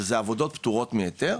שזה עבודות פטורות מהיתר.